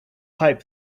pipe